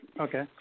Okay